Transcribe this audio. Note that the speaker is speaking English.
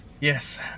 Yes